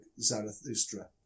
Zarathustra